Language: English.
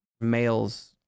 males